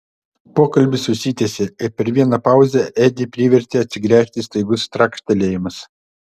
pokalbis užsitęsė ir per vieną pauzę edį privertė atsigręžti staigus trakštelėjimas